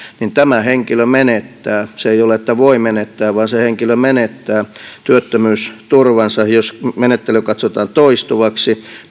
niin tämä henkilö menettää se ei ole että voi menettää vaan se henkilö menettää työttömyysturvansa määräämättömäksi ajaksi jos menettely katsotaan toistuvaksi